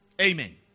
Amen